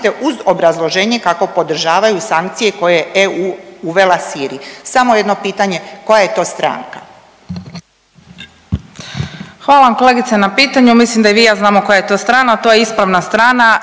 Hvala vam kolegice na pitanju. Mislim da i vi i ja znamo koja je to strana. To je ispravna strana.